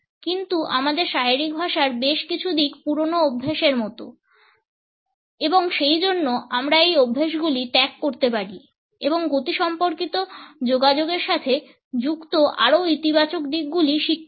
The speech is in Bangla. কিন্তু আমাদের শারীরিক ভাষার বেশ কিছু দিক পুরানো অভ্যাসের মতো এবং সেইজন্য আমরা এই অভ্যাসগুলি ত্যাগ করতে পারি এবং গতিসম্পর্কিত যোগাযোগের সাথে যুক্ত আরও ইতিবাচক দিকগুলি শিখতে পারি